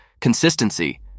consistency